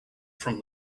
from